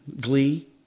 Glee